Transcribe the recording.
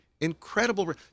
Incredible